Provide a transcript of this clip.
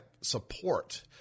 support